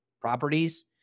properties